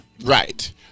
Right